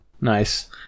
Nice